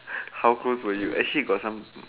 how close were you actually got some